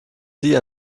sie